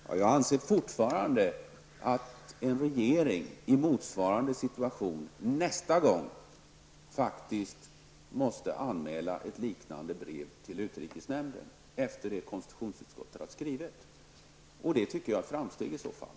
Herr talman! Jag anser fortfarande att en regeringen i motsvarande situation nästa gång måste anmäla ett liknande brev för utrikesnämnden, efter det som konstitutionsutskottet har skrivit. Det tycker jag är ett framsteg.